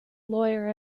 lawyer